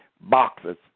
boxes